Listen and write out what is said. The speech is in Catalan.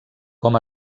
com